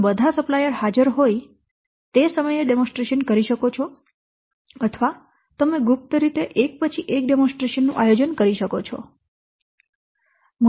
તમે બધા સપ્લાયર હાજર હોય તે સમયે પ્રદર્શન કરી શકો છો અથવા તમે ગુપ્ત રીતે એક પછી એક પ્રદર્શન નું આયોજન કરી શકો છો